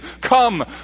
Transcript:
come